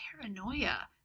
paranoia